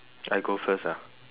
I go first ah